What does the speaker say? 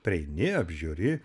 prieini apžiūri